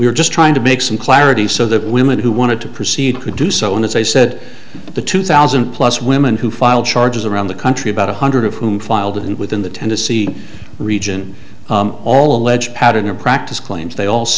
we were just trying to make some clarity so that women who wanted to proceed could do so and as i said the two thousand plus women who filed charges around the country about one hundred of whom filed in within the tennessee region all alleged pattern or practice claims they all